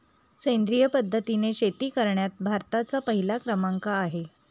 सेंद्रिय पद्धतीने शेती करण्यात भारताचा पहिला क्रमांक आहे